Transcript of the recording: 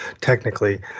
technically